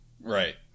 Right